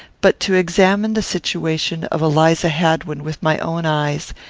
but to examine the situation of eliza hadwin with my own eyes,